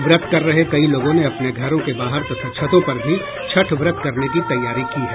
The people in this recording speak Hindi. व्रत कर रहे कई लोगों ने अपने घरों के बाहर तथा छतों पर भी छठ व्रत करने की तैयारी की है